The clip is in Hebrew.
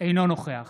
אינו נוכח